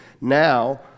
now